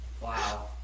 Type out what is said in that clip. wow